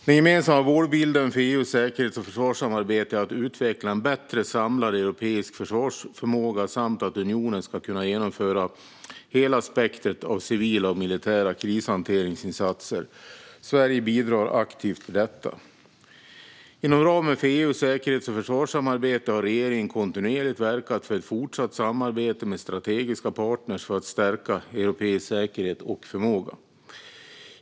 Den gemensamma målbilden för EU:s säkerhets och försvarssamarbete är att utveckla en bättre samlad europeisk försvarsförmåga samt att unionen ska kunna genomföra hela spektrumet av civila och militära krishanteringsinsatser. Sverige bidrar aktivt till detta. Inom ramen för EU:s säkerhets och försvarssamarbete har regeringen kontinuerligt verkat för ett fortsatt samarbete med strategiska partner för att stärka europeisk säkerhet och förmåga.